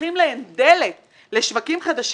פותחים להן דלת לשווקים חדשים.